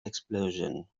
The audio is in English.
explosion